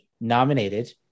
nominated